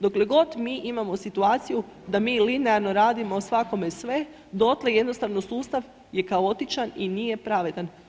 Dokle god mi imamo situaciju da mi linearno radimo svako sve, dotle jednostavno sustav je kaotičan i nije pravedan.